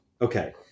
Okay